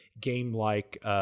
game-like